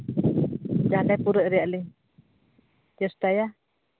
ᱪᱟᱬᱮ ᱯᱩᱨᱟᱹᱜ ᱨᱮᱭᱟᱜ ᱞᱤᱧ ᱪᱮᱥᱴᱟᱭᱟ